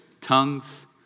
tongues